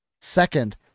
Second